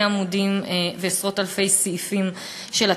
עמודים ועשרות-אלפי סעיפים של התקציב.